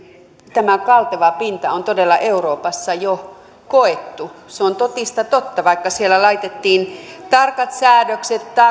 tämä kalteva pinta on todella euroopassa jo koettu se on totista totta vaikka siellä laitettiin tarkat säädökset